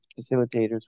facilitators